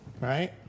right